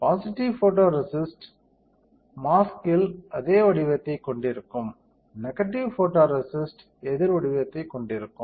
positive photoresist மாஸ்க்கில் அதே வடிவத்தைக் கொண்டிருக்கும் நெகடிவ் ஃபோட்டோரேசிஸ்ட் எதிர் வடிவத்தைக் கொண்டிருக்கும்